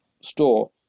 store